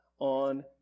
on